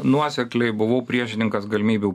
nuosekliai buvau priešininkas galimybių